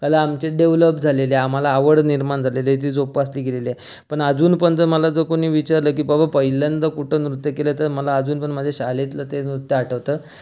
कला आमची डेवलप झालेली आहे आम्हाला आवड निर्माण झालेली आहे जी जोपासली गेलेली आहे पण अजून पण जर मला जर कोणी विचारलं की बाबा पहिल्यांदा कुठं नृत्य केलं तर मला अजून पण माझ्या शाळेतलं ते नृत्य आठवतं